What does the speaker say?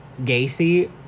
Gacy